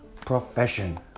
profession